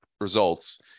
results